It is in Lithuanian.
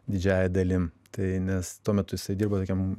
didžiąja dalim tai nes tuo metu jisai dirbo tokiam